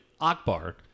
Akbar